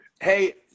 Hey